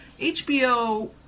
HBO